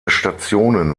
stationen